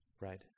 Right